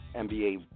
NBA